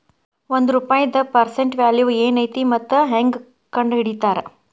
ಒಂದ ರೂಪಾಯಿದ್ present value ಏನೈತಿ ಮತ್ತ ಹೆಂಗ ಕಂಡಹಿಡಿತಾರಾ